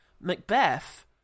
macbeth